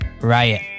Riot